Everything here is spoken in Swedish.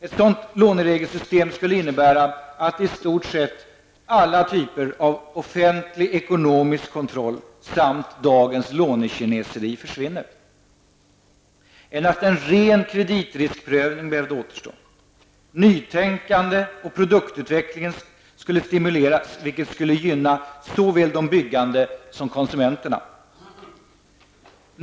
Ett sådant låneregelsystem skulle innebära att i stort sett alla typer av offentlig ekonomisk kontroll samt dagens lånekineseri försvinner. Endast en ren kreditriskprövning behövde återstå. Nytänkande och produktutveckling skulle stimuleras, vilket gynnar såväl de byggande som konsumenterna.